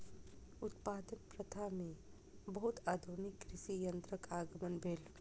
उत्पादन प्रथा में बहुत आधुनिक कृषि यंत्रक आगमन भेल